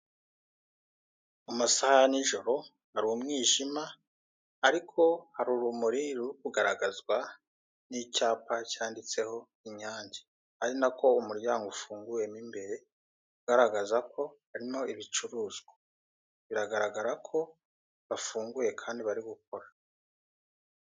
Mu masaha ya n'ijoro hari umwijima ariko hari urumuri ruri kugaragwa n'icyapa cyanditseho "Inyange" ari nako umuryango ufunguye mo imbere ugaragaza ko harimo ibicuruzwa biragaragara ko bafunguye kandi barimo gukora.